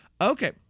Okay